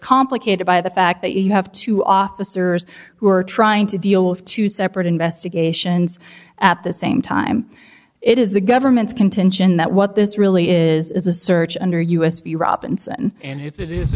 complicated by the fact that you have two officers who are trying to deal with two separate investigations at the same time it is the government's contention that what this really is is a search under u s v robinson and if it is